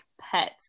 Pets